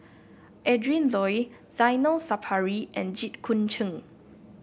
Adrin Loi Zainal Sapari and Jit Koon Ch'ng